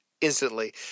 instantly